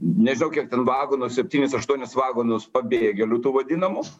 nežinau kiek ten vagonų septynis aštuonis vagonus pabėgėlių tų vadinamų